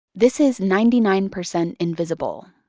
this is ninety nine percent invisible.